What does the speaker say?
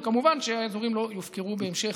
וכמובן שהדברים לא יופקרו בהמשך.